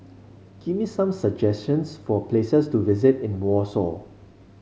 give me some suggestions for places to visit in Warsaw